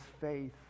faith